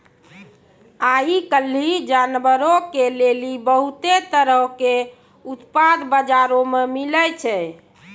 आइ काल्हि जानवरो के लेली बहुते तरहो के उत्पाद बजारो मे मिलै छै